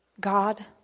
God